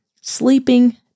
sleeping